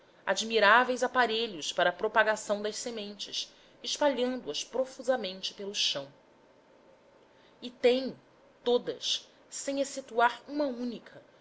admiráveis aparelhos para propagação das sementes espalhando as profusamente pelo chão e têm todas sem excetuar uma única